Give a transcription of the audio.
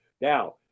now